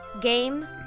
game